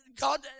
God